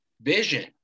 Vision